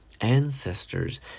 ancestors